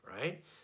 Right